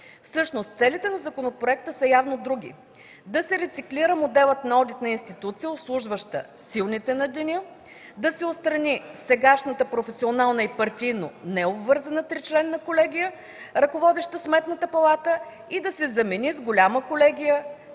целите на законопроекта са явно други – да се рециклира моделът на одитна институция, обслужваща силните на деня, да се отстрани сегашната професионална и партийно-необвързана тричленна колегия, ръководеща Сметната палата, и да се замени с голяма колегия